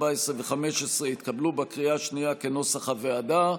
14 ו-15 התקבלו בקריאה השנייה כנוסח הוועדה,